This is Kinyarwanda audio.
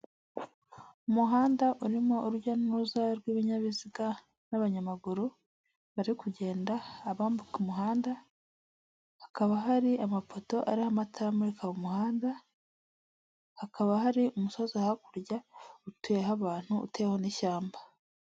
Umuhanda urimo urujya n'uruza rw'ibinyabiziga n'abanyamaguru bari kugenda abambuka umuhanda, hakaba hari amapoto ariho amataramurika umuhanda, hakaba hari umusozi hakurya utuyeho abantu uteweho n'ishyamba.